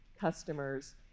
customers